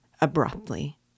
abruptly